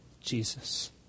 Jesus